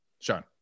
Sean